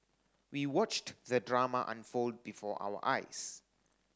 we watched the drama unfold before our eyes